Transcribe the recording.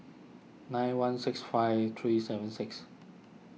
nine one six five three seven six